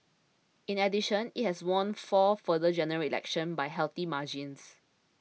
in addition it has won four further General Elections by healthy margins